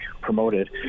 promoted